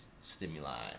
stimuli